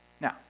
Now